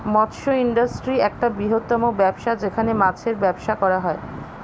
মৎস্য ইন্ডাস্ট্রি একটা বৃহত্তম ব্যবসা যেখানে মাছের ব্যবসা করা হয়